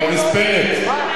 ואז יצמידו לך את זה ביחד עם,